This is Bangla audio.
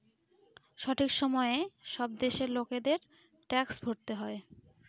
সঠিক সময়ে সব দেশের লোকেদের ট্যাক্স ভরতে হয়